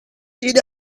did